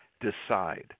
decide